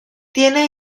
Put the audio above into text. tiene